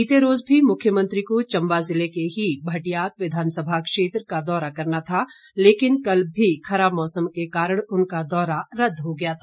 बीते रोज भी मुख्यमंत्री को चम्बा जिले के ही भटियात विधानसभा क्षेत्र का दौरा करना था लेकिन कल भी खराब मौसम के कारण उनका दौरा रद्द हो गया था